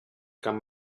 camp